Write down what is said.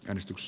denis tyks